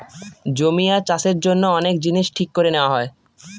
জমি আর চাষের জন্য অনেক জিনিস ঠিক করে নেওয়া হয়